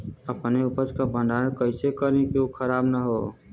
अपने उपज क भंडारन कइसे करीं कि उ खराब न हो?